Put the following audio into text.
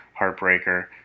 heartbreaker